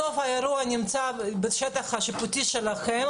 בסוף האירוע נמצא בשטח השיפוט שלכם.